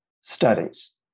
studies